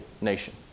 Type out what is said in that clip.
nation